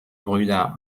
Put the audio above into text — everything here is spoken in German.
brüder